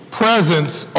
presence